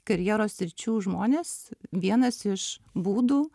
karjeros sričių žmonės vienas iš būdų